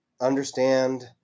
understand